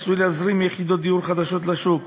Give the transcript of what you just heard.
עשוי להזרים יחידות דיור נוספות בשוק",